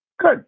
Good